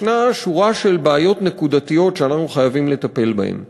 יש שורה של בעיות נקודתיות שאנחנו חייבים לטפל בהן.